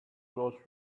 goes